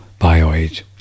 BioAge